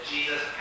Jesus